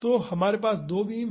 तो हमारे पास दो बीम हैं